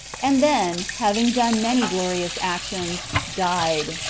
and then, having done many glorious actions died.